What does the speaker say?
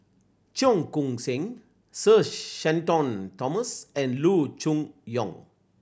Cheong Koon Seng Sir Shenton Thomas and Loo Choon Yong